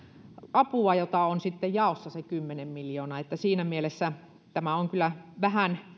apua jota on sitten jaossa se kymmenen miljoonaa että siinä mielessä tämä on kyllä vähän